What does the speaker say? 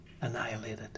annihilated